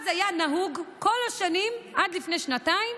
אז היה נהוג כל השנים, עד לפני שנתיים,